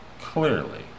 clearly